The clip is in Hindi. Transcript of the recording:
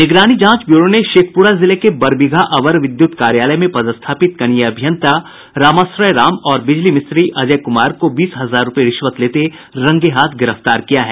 निगरानी जांच ब्यूरो ने शेखपुरा जिले के बरबीघा अवर विद्यूत कार्यालय में पदस्थापित कनीय अभियंता रामाश्रय राम और बिजली मिस्त्री अजय कुमार को बीस हजार रूपये रिश्वत लेते रंगेहाथ गिरफ्तार किया है